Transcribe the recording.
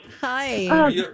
hi